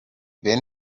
been